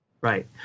Right